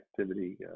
activity